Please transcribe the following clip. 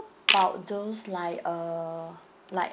about those like uh like